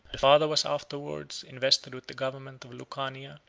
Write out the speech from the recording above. the father was afterwards invested with the government of lucania,